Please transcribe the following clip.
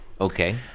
Okay